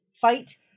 fight